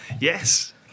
Yes